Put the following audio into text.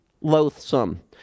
loathsome